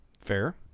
Fair